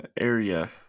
area